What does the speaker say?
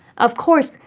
of course,